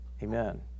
Amen